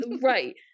right